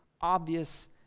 obvious